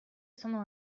sono